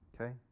Okay